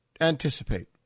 anticipate